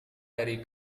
dari